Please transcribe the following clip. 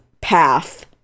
path